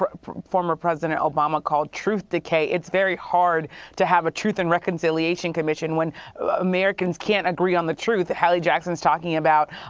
former president obama called truth decay, it's very hard to have a truth and reconciliation commission when americans can't agree on the truth hallie jackson is talking about,